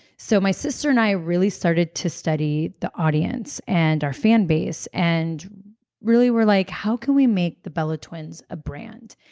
so my sister and i really started to study the audience and our fan base and really were like, how can we make the bella twins a brand?